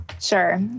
Sure